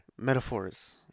metaphors